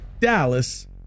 Dallas